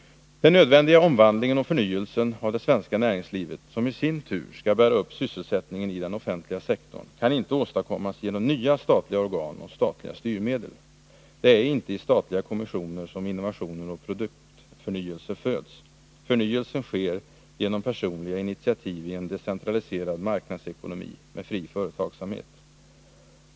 Den nödvändiga omvandlingen och förnyelsen av det svenska näringslivet, som i sin tur skall bära upp sysselsättningen i den offentliga sektorn, kan inte åstadkommas genom nya statliga organ och statliga styrmedel. Det är inte i statliga kommissioner som innovationer och produktförnyelser föds. Förnyelsen sker genom personliga initiativ i en decentraliserad marknadsekonomi med fri företagsamhet.